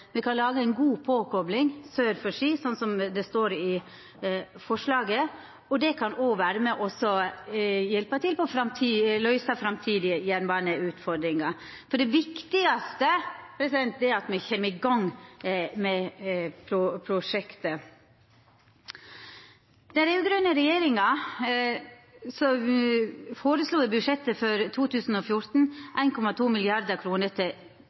me kan laga ei god påkopling sør for Ski, slik det står i forslaget. Det kan òg vera med og løysa framtidige jernbaneutfordringar. Det viktigaste er at me kjem i gang med prosjektet. Den raud-grøne regjeringa føreslo i budsjettet for 2014 1,2 mrd. kr til